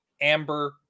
Amber